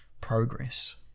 progress